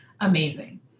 amazing